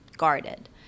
guarded